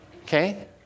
Okay